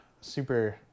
super